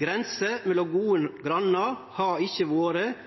Grenser mellom gode grannar har ikkje vore,